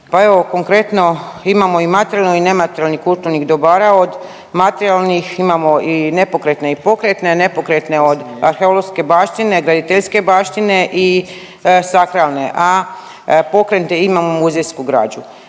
pa evo konkretno imamo i materijalnih i nematerijalnih kulturnih dobara. Od materijalnih imamo i nepokretne i pokretne. Nepokretne od arheološke baštine, graditeljske baštine i sakralne, a pokretne imamo muzejsku građu.